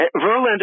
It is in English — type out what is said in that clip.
Verlander